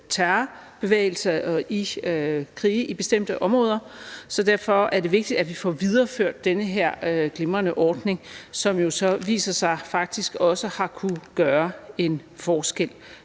terrorbevægelser og i krige i bestemte områder, så derfor er det vigtigt, at vi får videreført den her glimrende ordning, som jo så viser sig faktisk også har kunnet gøre en forskel.